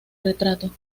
retrato